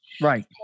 right